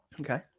Okay